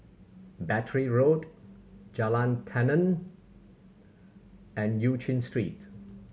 Battery Road Jalan Tenon and Eu Chin Street